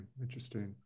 Interesting